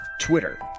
Twitter